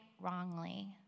wrongly